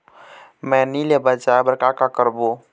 मैनी ले बचाए बर का का करबो?